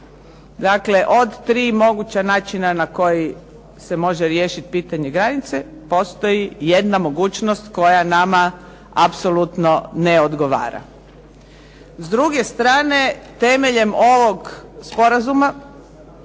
Dakle, od tri moguća načina na koji se može riješiti pitanje granice postoji jedna mogućnost koja nama apsolutno ne odgovara. S druge strane temeljem ovog sporazuma